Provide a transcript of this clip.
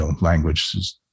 language